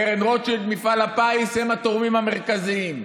קרן רוטשילד, מפעל הפיס, הם התורמים המרכזיים.